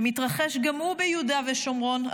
שמתרחש גם הוא ביהודה ושומרון,